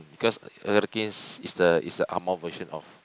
because hurricanes is the is the Angmoh version of